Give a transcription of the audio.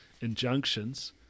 injunctions